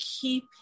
keep